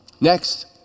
Next